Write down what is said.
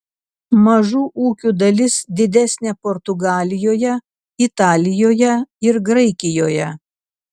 mažų ūkių dalis didesnė portugalijoje italijoje ir graikijoje